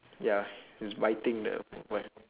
ya he's biting the